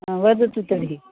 हा वदतु तर्हि